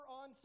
on